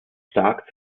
stark